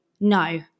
No